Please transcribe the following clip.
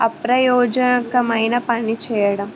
అప్రయోజనకమైన పని చేయడం